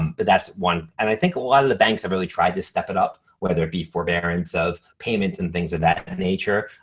but that's one. and i think a lot of the banks have really tried to step it up, whether it be forbearance of payments and things of that nature.